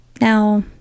now